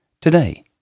Today